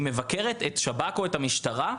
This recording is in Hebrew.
היא מבקרת את שב"כ או המשטרה.